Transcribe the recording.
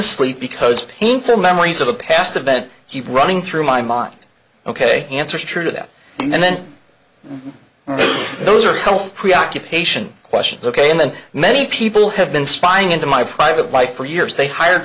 asleep because painful memories of a past event keep running through my mind ok answers true to that and then those are healthy preoccupation questions ok i'm and many people have been spying into my private life for years they hired